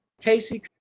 Casey